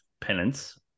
penance